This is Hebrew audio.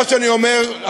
מה שאני אומר,